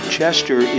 Chester